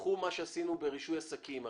ותיקחו מה שעשינו ברישוי עסקים.